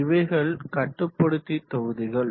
இவைகள் கட்டுப்படுத்தி தொகுதிகள்